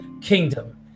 kingdom